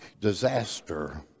disaster